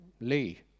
Lee